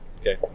Okay